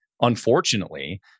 unfortunately